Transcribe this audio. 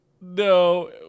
No